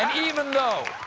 and even though